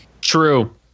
True